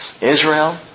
Israel